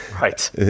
right